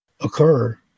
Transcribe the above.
occur